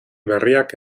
berriak